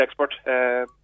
expert